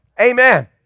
Amen